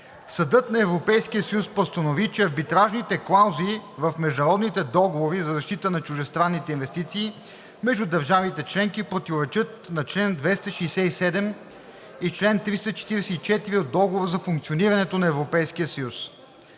Съдът на Европейския съюз постанови, че арбитражните клаузи в международните договори за защита на чуждестранните инвестиции между държавите членки противоречат на чл. 267 и чл. 344 от Договора за функционирането на Европейския съюз.